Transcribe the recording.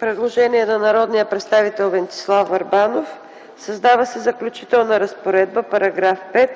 Предложение от народния представител Венцислав Върбанов – създава се заключителна разпоредба с § 5: „§ 5.